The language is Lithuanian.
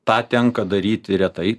tą tenka daryti retai